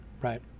Right